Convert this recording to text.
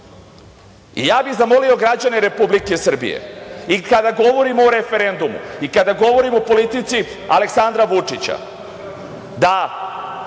bih zamolio građane Republike Srbije i kada govorimo o referendumu i kada govorimo o politici Aleksandra Vučića da